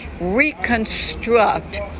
reconstruct